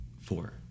Four